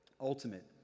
ultimate